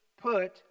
Put